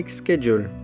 schedule